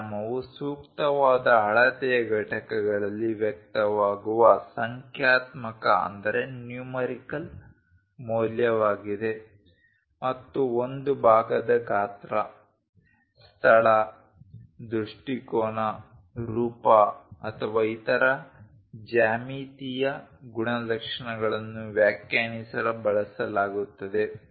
ಆಯಾಮವು ಸೂಕ್ತವಾದ ಅಳತೆಯ ಘಟಕಗಳಲ್ಲಿ ವ್ಯಕ್ತವಾಗುವ ಸಂಖ್ಯಾತ್ಮಕ ಮೌಲ್ಯವಾಗಿದೆ ಮತ್ತು ಒಂದು ಭಾಗದ ಗಾತ್ರ ಸ್ಥಳ ದೃಷ್ಟಿಕೋನ ರೂಪ ಅಥವಾ ಇತರ ಜ್ಯಾಮಿತೀಯ ಗುಣಲಕ್ಷಣಗಳನ್ನು ವ್ಯಾಖ್ಯಾನಿಸಲು ಬಳಸಲಾಗುತ್ತದೆ